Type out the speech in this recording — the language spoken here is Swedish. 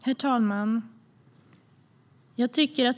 Herr talman!